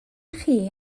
chi